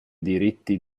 diritti